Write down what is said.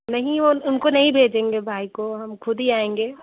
नहीं ओ उनको नहीं भेजेंगे भाई को हम खुद ही आएँगे